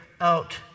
out